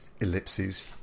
ellipses